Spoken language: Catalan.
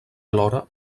alhora